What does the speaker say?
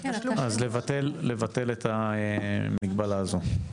- לבטל את המגבלה הזו.